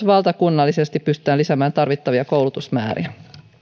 valtakunnallisesti pystytään lisäämään tarvittavia koulutusmääriä